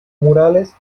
murales